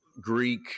Greek